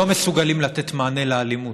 לא מסוגלים לתת מענה לאלימות,